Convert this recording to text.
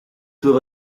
will